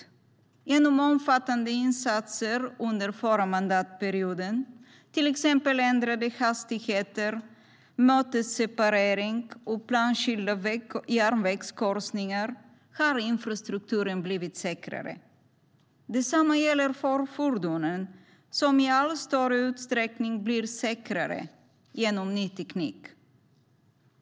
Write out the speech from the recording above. Genom omfattande insatser under förra mandatperioden, till exempel ändrade hastighetsgränser, mötesseparering och planskilda järnvägskorsningar har infrastrukturen blivit säkrare. Detsamma gäller för fordonen, som i allt större utsträckning blir säkrare genom ny teknik.